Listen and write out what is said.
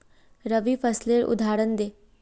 रवि फसलेर उदहारण दे?